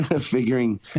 figuring